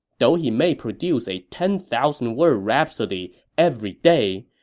though he may produce a ten thousand word rhapsody every day,